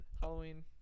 Halloween